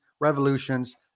revolutions